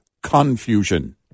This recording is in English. Confusion